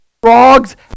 frogs